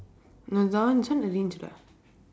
no that one this one arranged lah